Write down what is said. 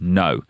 no